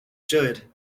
should